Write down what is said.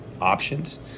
options